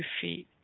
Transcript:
feet